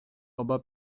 oba